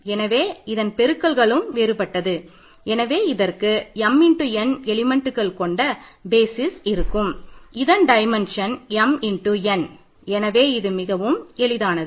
எனவே இது மிகவும் எளிதானது